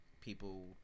people